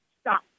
stop